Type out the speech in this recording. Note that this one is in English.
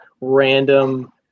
random –